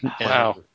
Wow